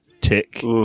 Tick